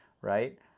right